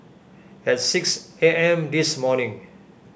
at six A M this morning